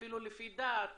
אפילו לפי דת,